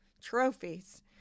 trophies